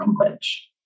language